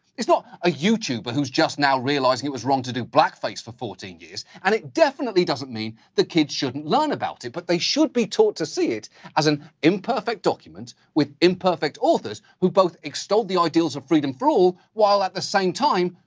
it's not a youtuber who's just now realized it was wrong to do black face for fourteen years. and it definitely doesn't mean that kids shouldn't learn about it. but they should be taught to see it as an imperfect document with imperfect authors, who both extolled the ideas of freedom for all, while at the same time,